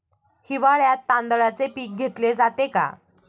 हिवाळ्यात तांदळाचे पीक घेतले जाते का?